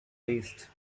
least